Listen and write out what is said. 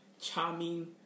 charming